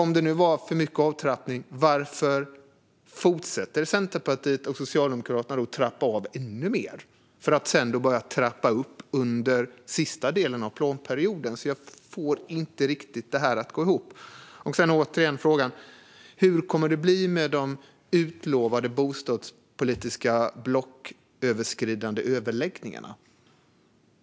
Om det nu var för mycket avtrappning, varför fortsätter då Centerpartiet och Socialdemokraterna att trappa av ännu mer för att sedan börja trappa upp under sista delen av planperioden? Jag får inte riktigt ihop det. Sedan undrar jag återigen hur det kommer att bli med de utlovade blocköverskridande bostadspolitiska överläggningarna.